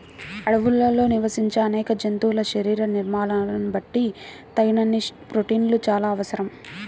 అడవుల్లో నివసించే అనేక జంతువుల శరీర నిర్మాణాలను బట్టి తగినన్ని ప్రోటీన్లు చాలా అవసరం